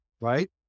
right